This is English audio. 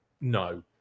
No